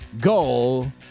goal